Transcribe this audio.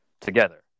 together